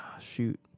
shoot